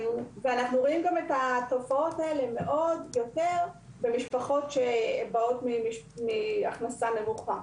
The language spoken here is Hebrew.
אנחנו רואים את התופעות האלה יותר במשפחות עם הכנסה נמוכה,